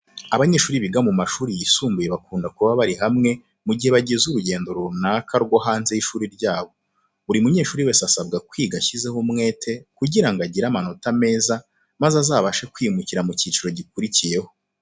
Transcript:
Abanyeshuri biga mu mashuri yisumbuye bakunda kuba bari hamwe mu gihe bagize urugendo runaka rwo hanze y'ishuri ryabo. Buri munyeshuri wese asabwa kwiga ashyizeho umwete kugira ngo agire amanota meza maze azabashe kwimukira mu cyiciro gikurikiyeho.